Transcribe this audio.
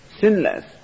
sinless